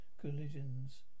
collisions